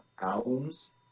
albums